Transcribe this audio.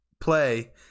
play